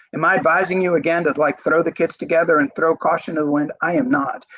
in my advising you again to like throw the kids together and throw caution to and i am not.